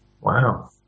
Wow